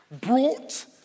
brought